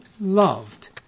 loved